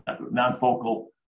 non-focal